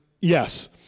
Yes